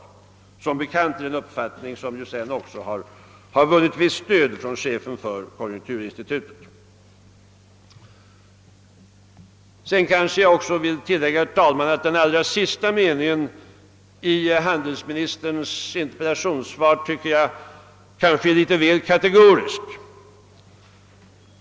Som bekant är detta en uppfattning som senare också har vunnit visst stöd från chefen för konjunkturinstitutet. Sedan vill jag också tillägga, herr talman, att jag tycker att den allra sista meningen i handelsministerns interpellationssvar är väl kategoriskt.